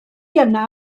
yna